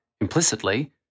implicitly